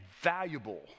valuable